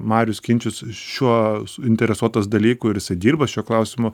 marius kinčius šiuo suinteresuotas dalyku ir jisai dirba šiuo klausimu